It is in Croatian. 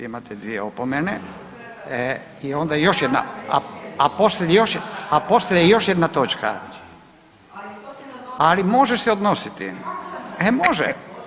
Imate dvije opomene i [[Upadica:]] onda još jedna, a poslije je još jedna točka. ... [[Upadica se ne čuje.]] Ali može se odnositi. ... [[Upadica se ne čuje.]] E, može.